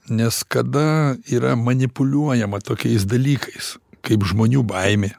nes kada yra manipuliuojama tokiais dalykais kaip žmonių baimė